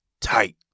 tight